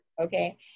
Okay